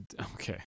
Okay